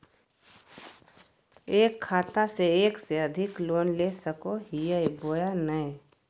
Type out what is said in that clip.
एक खाता से एक से अधिक लोन ले सको हियय बोया नय?